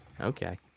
Okay